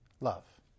love